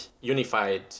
unified